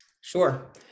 Sure